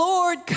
Lord